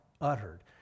uttered